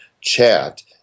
chat